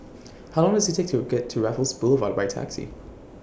How Long Does IT Take to get to Raffles Boulevard By Taxi